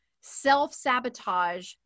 self-sabotage